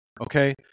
Okay